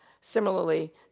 Similarly